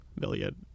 million